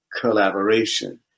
collaboration